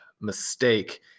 mistake